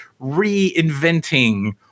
reinventing